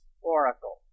oracle